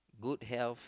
good health